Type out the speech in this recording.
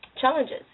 challenges